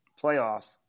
playoff